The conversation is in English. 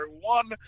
one